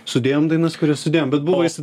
sudėjom dainas kurias sudėjom bet buvo jisai